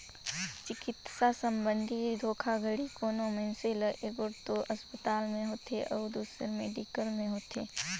चिकित्सा संबंधी धोखाघड़ी कोनो मइनसे ल एगोट दो असपताल में होथे अउ दूसर मेडिकल में होथे